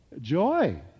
Joy